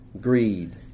greed